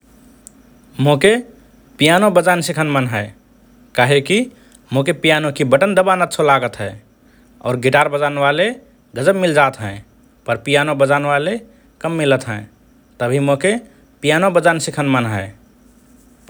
मोके पियानो बजान सिखन मन हए । काहेकि मोके पियानोकि पभथक दबान अछ्छो लागत हए । और गिटार बजानवाले गजब मिल्जात हएँ पर पियानो बजानवाले कम । तभि मोके पियानो बजान सिखन मन हए ।